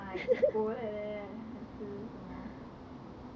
uh kaypoh like that 还是什么